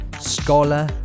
scholar